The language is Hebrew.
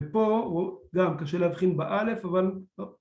ופה הוא... גם קשה להבחין באלף אבל טוב